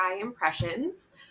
Impressions